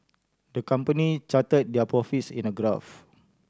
the company charted their profits in a graph